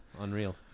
unreal